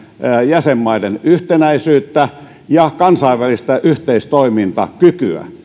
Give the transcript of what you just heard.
jäsenmaiden yhtenäisyyttä ja kansainvälistä yhteistoimintakykyä